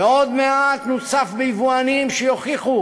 ועוד מעט נוצף ביבואנים שיוכיחו